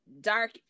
dark